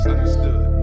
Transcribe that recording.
Understood